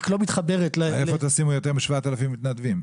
אבל לא מתחברת ל --- איפה תשימו יותר מ-7,000 מתנדבים,